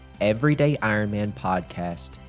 everydayironmanpodcast